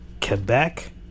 Quebec